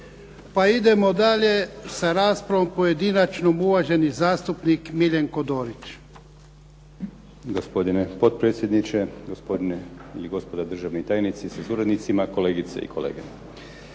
Pa idemo dalje sa raspravom pojedinačnom. Uvaženi zastupnik Miljenko Dorić. **Dorić, Miljenko (HNS)** Gospodine potpredsjedniče, gospodine ili gospodo državni tajnici sa suradnicima, kolegice i kolege.